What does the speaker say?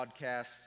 podcasts